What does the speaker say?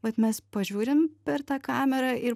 vat mes pažiūrim per tą kamerą ir